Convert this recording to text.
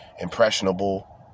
impressionable